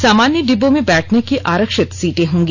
सामान्य डिब्बो में बैठने की आरक्षित सीटे होंगी